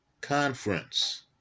Conference